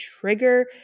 trigger